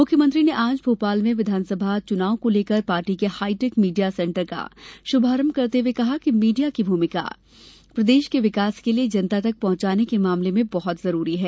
मुख्यमंत्री ने आज भोपाल में विधानसभा चुनाव को लेकर पार्टी के हाईटेक मीडिया सेंटर का शुभारंभ करते हुये कहा कि मीडिया की भूमिका प्रदेश के विकास के लिए जनता तक पहुंचाने के मामले में बहत जरूरी है